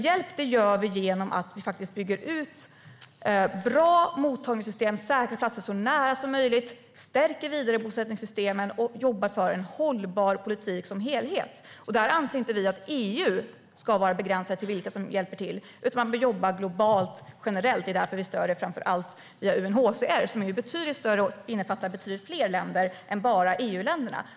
Hjälp ger vi i stället genom att faktiskt bygga ut bra mottagningssystem, särskilt på platser så nära som möjligt, stärka vidarebosättningssystemen och jobba för en hållbar politik som helhet. Där anser vi inte att det ska vara begränsat till EU när det gäller vilka som hjälper till, utan vi vill jobba globalt och generellt. Det är därför vi stöder framför allt via UNHCR, som ju är betydligt större och innefattar betydligt fler länder än bara EU-länderna.